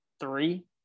Three